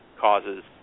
causes